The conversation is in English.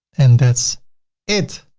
and that's it.